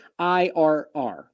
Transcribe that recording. IRR